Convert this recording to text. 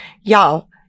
Y'all